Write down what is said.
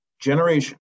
generation